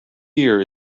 year